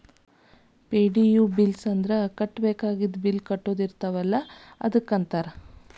ಪೆ.ಡಿ.ಯು bills ಅಂದ್ರ ಕಟ್ಟಬೇಕಾಗಿದ್ದ bill ಕಟ್ಟದ ಇರ್ತಾವಲ ಅದಕ್ಕ ಅಂತಾರ